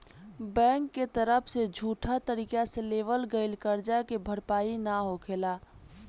bank के तरफ से झूठा तरीका से देवल गईल करजा के भरपाई ना होखेला